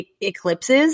eclipses